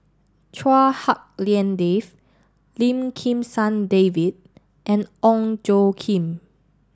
Chua Hak Lien Dave Lim Kim San David and Ong Tjoe Kim